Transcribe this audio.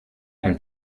ein